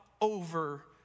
over